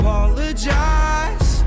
Apologize